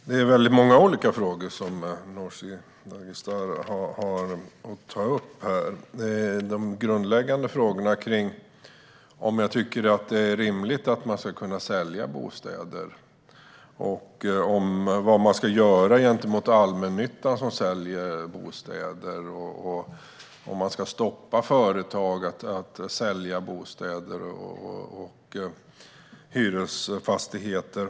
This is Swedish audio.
Fru talman! Nooshi Dadgostar tar upp väldigt många olika frågor. Är det rimligt att man ska kunna sälja bostäder? Vad man ska göra gentemot allmännyttan som säljer bostäder? Ska man stoppa företag som vill sälja bostäder och hyresfastigheter?